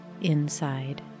inside